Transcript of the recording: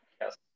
Yes